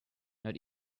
not